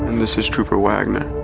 this is trooper wagman.